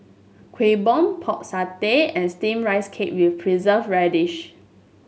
Kueh Bom Pork Satay and steamed Rice Cake with Preserved Radish